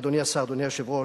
אדוני השר, אדוני היושב-ראש,